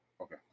Okay